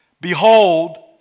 Behold